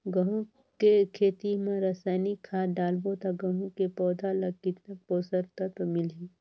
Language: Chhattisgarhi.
गंहू के खेती मां रसायनिक खाद डालबो ता गंहू के पौधा ला कितन पोषक तत्व मिलही?